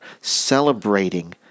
celebrating